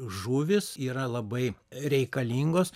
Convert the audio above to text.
žuvys yra labai reikalingos